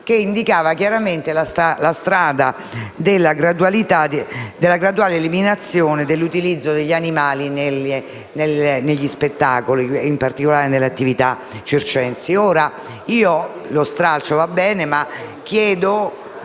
che indicava chiaramente la strada della graduale eliminazione dell’utilizzo degli animali negli spettacoli, in particolare nelle attività circensi. Ora, lo stralcio dell’articolo